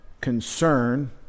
concern